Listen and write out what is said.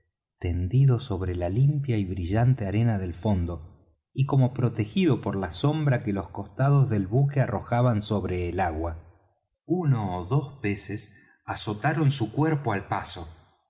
tendido sobre la limpia y brillante arena del fondo y como protegido por la sombra que los costados del buque arrojaban sobre el agua uno ó dos peces azotaron su cuerpo al paso